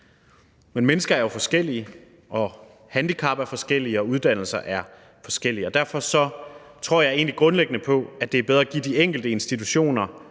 Men mennesker er jo forskellige, handicap er forskellige, og uddannelser er forskellige, og derfor tror jeg egentlig grundlæggende på, at det er bedre at give de enkelte institutioner